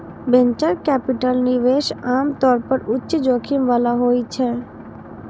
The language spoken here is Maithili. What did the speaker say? वेंचर कैपिटल निवेश आम तौर पर उच्च जोखिम बला होइ छै